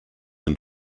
and